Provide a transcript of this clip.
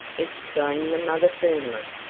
exclaimed the mother firmly.